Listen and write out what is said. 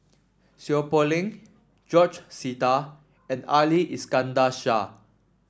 Seow Poh Leng George Sita and Ali Iskandar Shah